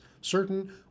certain